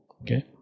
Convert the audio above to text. okay